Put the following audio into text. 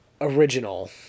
original